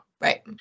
Right